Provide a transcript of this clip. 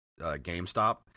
GameStop